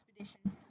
expedition